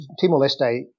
Timor-Leste